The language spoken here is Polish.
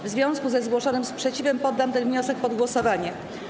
W związku ze zgłoszonym sprzeciwem poddam ten wniosek pod głosowanie.